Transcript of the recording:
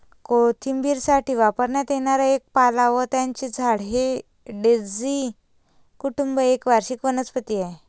कोशिंबिरीसाठी वापरण्यात येणारा एक पाला व त्याचे झाड हे डेझी कुटुंब एक वार्षिक वनस्पती आहे